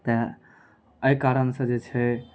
तैॅं एहि कारण सऽ जे छै